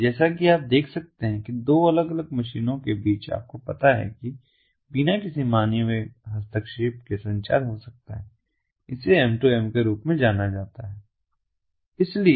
इसलिए जैसा कि आप देख सकते हैं कि दो अलग अलग मशीनों के बीच आपको पता है कि बिना किसी मानवीय हस्तक्षेप के संचार हो सकता है और इसे M2M के रूप में जाना जाता है